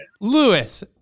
Lewis